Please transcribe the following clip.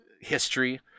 history